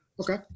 Okay